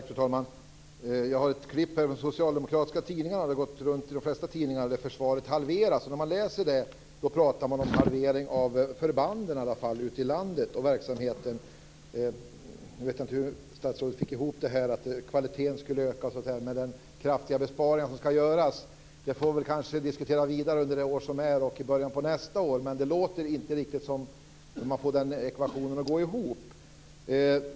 Fru talman! Jag har ett klipp ur en socialdemokratisk tidning. Det här har gått runt i de flesta tidningar. Det står att försvaret halveras. När man läser detta finner man att det pratas om en halvering av förbanden ute i landet och av verksamheten. Jag vet inte hur statsrådet fick detta med att kvaliteten skulle öka att gå ihop med den kraftiga besparing som skall göras. Det här får vi kanske diskutera vidare under det år som är och i början av nästa år. Men det låter inte riktigt som att den ekvationen går ihop.